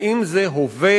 האם זה הווה?